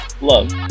love